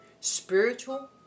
Spiritual